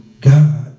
God